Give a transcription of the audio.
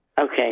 Okay